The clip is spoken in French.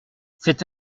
c’est